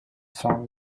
song